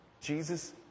Jesus